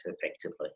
effectively